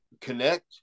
connect